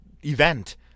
event